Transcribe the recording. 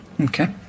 Okay